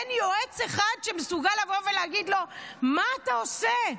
אין יועץ אחד שמסוגל להגיד לו מה אתה עושה?